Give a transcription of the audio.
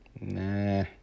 nah